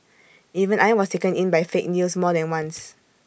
even I was taken in by fake news more than once